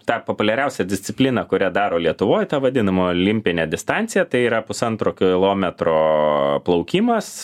tą populiariausią discipliną kurią daro lietuvoj tą vadinamą olimpinę distanciją tai yra pusantro kilometro plaukimas